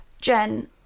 jen